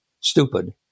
stupid